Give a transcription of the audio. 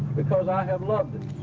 because i have loved it.